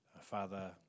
Father